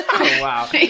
Wow